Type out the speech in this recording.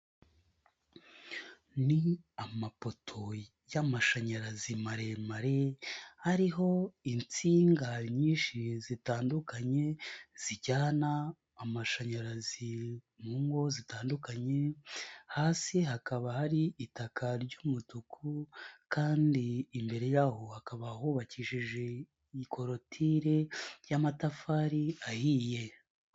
Ni amapoto y'amashanyarazi maremare ariho insinga nyinshi zitandukanye zijyana amashanyarazi mu ngo zitandukanye, hasi hakaba hari itaka ry'umutuku kandi imbere yaho hakaba hubakishije ikorotire y'amatafari ahiye.